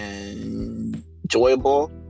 enjoyable